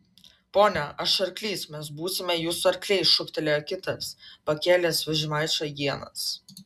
pone aš arklys mes būsime jūsų arkliai šūktelėjo kitas pakėlęs vežimaičio ienas